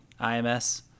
IMS